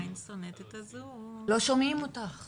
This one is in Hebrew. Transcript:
ומעיני השותפים שלי